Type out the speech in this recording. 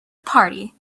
party